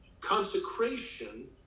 consecration